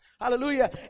hallelujah